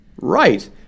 Right